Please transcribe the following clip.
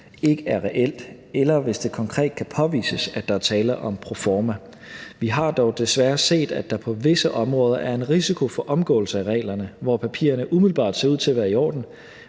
ikke er reelt, eller hvis det konkret kan påvises, at der er tale om proforma. Vi har dog desværre set, at der på visse områder er en risiko for omgåelse af reglerne, hvor papirerne umiddelbart ser ud til at være i orden,